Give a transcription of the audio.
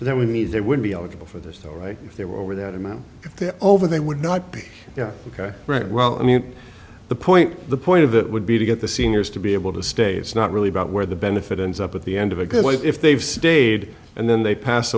so that we need they would be eligible for this though right if they were over that amount if they're over they would not be yeah ok right well i mean the point the point of that would be to get the seniors to be able to stay it's not really about where the benefit ends up at the end of a good way if they've stayed and then they pass